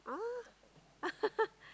oh